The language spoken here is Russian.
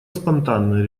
спонтанное